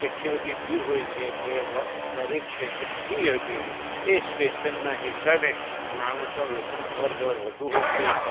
એટલી બધી ભીડ હોય છે કે દરેક સ્ટેશને ઊભી રે એ સ્ટેશનના હિસાબે માણસો લોકોની અવર જવર વધુ હોય છે